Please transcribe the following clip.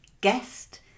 guest